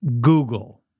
Google